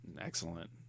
Excellent